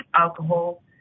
alcohol